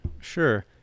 Sure